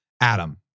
Adam